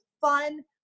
fun